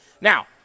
Now